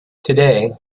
today